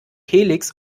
helix